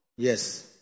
Yes